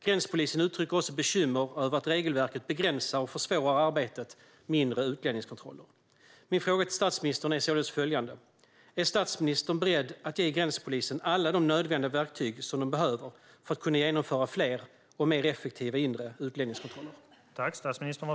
Gränspolisen uttrycker också bekymmer över att regelverket begränsar och försvårar arbetet med inre utlänningskontroll. Min fråga till statsministern är således följande: Är statsministern beredd att ge gränspolisen alla de nödvändiga verktyg som man behöver för att kunna genom fler och mer effektiva inre utlänningskontroller?